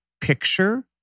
picture